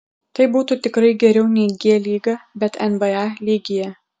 tai būtų tikrai geriau nei g lyga bet nba lygyje